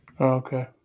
okay